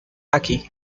aquí